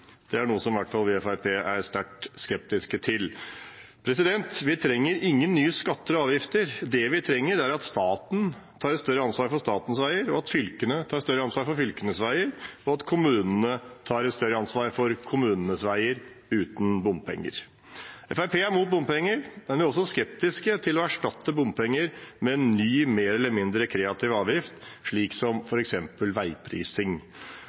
Det er noe som i hvert fall vi i Fremskrittspartiet er sterkt skeptiske til. Vi trenger ingen nye skatter og avgifter. Det vi trenger, er at staten tar et større ansvar for statens veier, at fylkene tar et større ansvar for fylkenes veier, og at kommunene tar et større ansvar for kommunenes veier – uten bompenger. Fremskrittspartiet er mot bompenger, men vi er også skeptiske til å erstatte bompenger med en ny mer eller mindre kreativ avgift, som f.eks. veiprising.